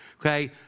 okay